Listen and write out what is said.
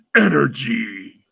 Energy